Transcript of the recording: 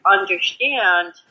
understand